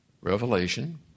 revelation